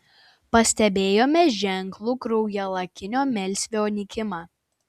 pastebėjome ženklų kraujalakinio melsvio nykimą